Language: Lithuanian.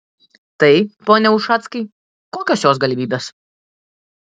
tai pone ušackai kokios jos galimybės